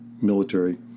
military